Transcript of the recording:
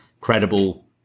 credible